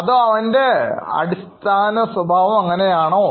അതോ സ്വഭാവം ആണോ